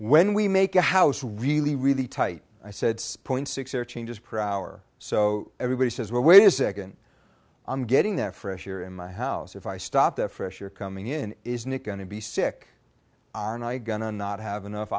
when we make a house really really tight i said point six or changes per hour so everybody says well wait a second i'm getting there fresh air in my house if i stop the fresh air coming in isn't it going to be sick on i gonna not have enough